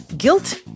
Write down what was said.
guilt